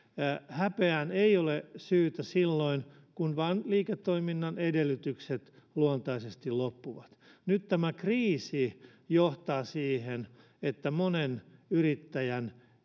häpeään ei ole syytä silloin kun vain liiketoiminnan edellytykset luontaisesti loppuvat nyt tämä kriisi johtaa siihen että hetkellisesti monen yrittäjän